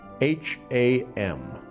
H-A-M